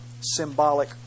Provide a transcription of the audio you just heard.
symbolic